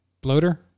bloater